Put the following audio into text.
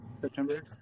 September